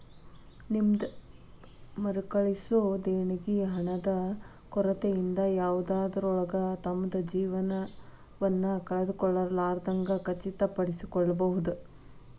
ನಿಮ್ದ್ ಮರುಕಳಿಸೊ ದೇಣಿಗಿ ಹಣದ ಕೊರತಿಯಿಂದ ಯಾವುದ ರೋಗಿ ತಮ್ದ್ ಜೇವನವನ್ನ ಕಳ್ಕೊಲಾರ್ದಂಗ್ ಖಚಿತಪಡಿಸಿಕೊಳ್ಬಹುದ್